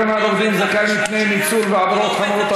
הגנה על עובדים זרים מפני ניצול ועבירות חמורות),